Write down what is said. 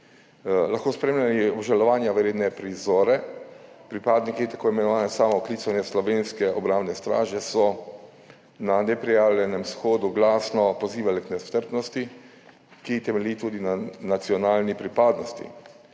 lahko spremljali obžalovanja vredne prizore. Pripadniki tako imenovane samooklicane Slovenske obrambne straže so na neprijavljenem shodu glasno pozivali k nestrpnosti, ki temelji tudi na nacionalni pripadnosti.